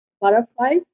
butterflies